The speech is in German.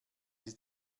ist